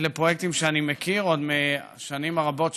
אלה פרויקטים שאני מכיר עוד משנים רבות,